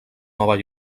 nova